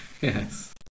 Yes